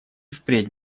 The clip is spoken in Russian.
впредь